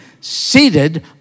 seated